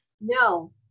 no